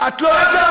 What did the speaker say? את לא יודעת.